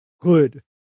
good